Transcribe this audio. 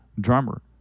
drummer